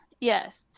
Yes